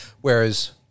whereas